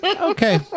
Okay